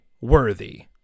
worthy